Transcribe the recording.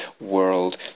world